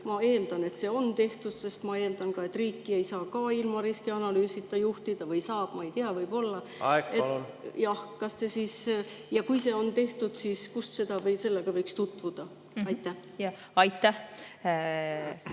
Ma eeldan, et see on tehtud, sest ma eeldan, et riiki ei saa ka ilma riskianalüüsita juhtida, või saab, ma ei tea, võib-olla ... Aeg, palun! Jah. Kui see on tehtud, siis kus sellega võiks tutvuda? Jah.